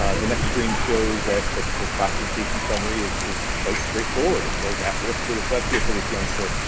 ah the next screen shows that ah the classification summary is is quite straightforward, it says at-risk for dyslexia for this youngster.